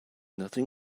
nothing